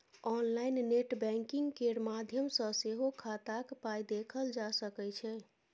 online net banking केर माध्यम सँ सेहो खाताक पाइ देखल जा सकै छै